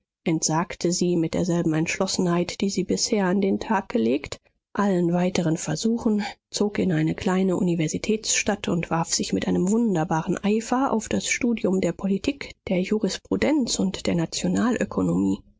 entsagte sie mit derselben entschlossenheit die sie bisher an den tag gelegt allen weiteren versuchen zog in eine kleine universitätsstadt und warf sich mit einem wunderbaren eifer auf das studium der politik der jurisprudenz und der nationalökonomie